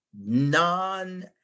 non